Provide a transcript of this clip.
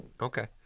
Okay